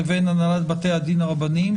לבין הנהלת בתי הדין הרבניים,